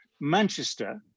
Manchester